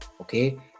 okay